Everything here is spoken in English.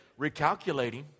recalculating